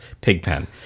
Pigpen